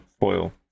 foil